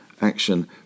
action